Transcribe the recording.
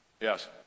Yes